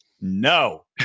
no